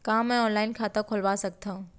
का मैं ऑनलाइन खाता खोलवा सकथव?